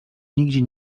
nigdzie